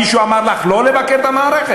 מישהו אמר לך לא לבקר את המערכת?